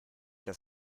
das